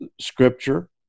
scripture